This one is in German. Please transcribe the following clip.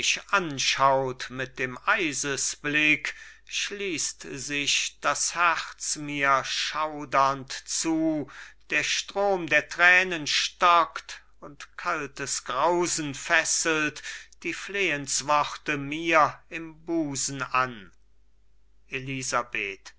anschaut mit dem eisesblick schließt sich das herz mit schaudernd zu der strom der tränen stockt und kaltes grausen fesselt die flehensworte mir im busen an elisabeth